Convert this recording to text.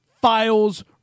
Files